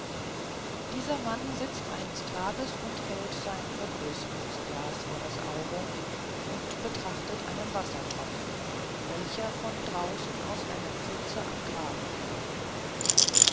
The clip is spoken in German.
dieser mann sitzt eines tages und hält sein vergrößerungsglas vor das auge und betrachtete einen wassertropfen welcher von draußen aus einer pfütze im graben genommen war